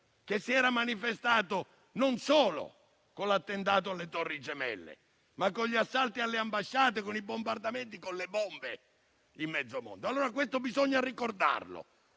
che si era manifestato non solo con l'attentato alle Torri gemelle, ma con gli assalti alle ambasciate, con bombardamenti e con le bombe in mezzo mondo. Questo bisogna ricordarlo